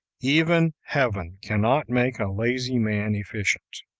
even heaven cannot make a lazy man efficient.